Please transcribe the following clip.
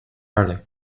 early